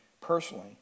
personally